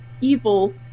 evil